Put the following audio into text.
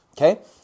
Okay